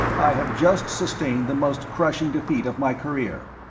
i have just sustained the most crushing defeat of my career.